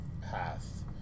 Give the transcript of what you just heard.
path